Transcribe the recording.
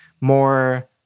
more